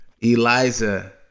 Eliza